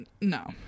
No